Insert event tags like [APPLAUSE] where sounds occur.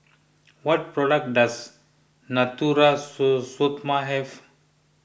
what products does Natura [NOISE] Stoma have